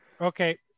Okay